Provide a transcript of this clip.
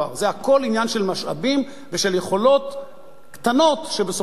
זה הכול עניין של משאבים ושל יכולות קטנות שבסופו של